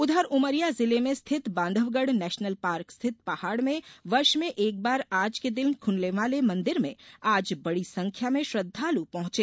उघर उमरिया जिले में स्थित बांघवगढ नेशनल पार्क स्थित पहाड में वर्ष में एक बार आज के दिन खूलने वाले मंदिर में आज बड़ी संख्या में श्रद्वालू पहुंचे